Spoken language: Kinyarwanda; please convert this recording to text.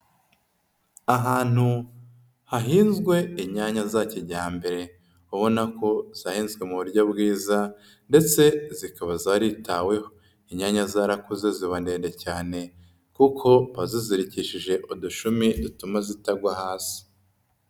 Ahantu hahinzwe inyanya za kijyambere. Ubona ko zahinzwe mu buryo bwizandetse zikaba zaritaweho. Inyanya zarakuze ziba ndende cyane, kuko bazizirikishije udushumi dutuma zitagwa hasi.